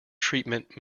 treatment